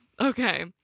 Okay